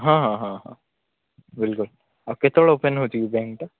ହଁ ହଁ ହଁ କେତେବେଳେ ଓପେନ୍ ହେଉଛି କି ବ୍ୟାଙ୍କଟା